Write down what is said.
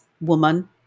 woman